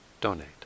donate